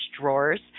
drawers